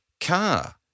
car